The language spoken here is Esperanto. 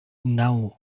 naŭ